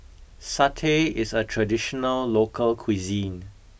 Satay is a traditional local cuisine